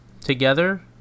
Together